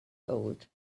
old